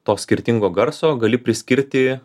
to skirtingo garso gali priskirti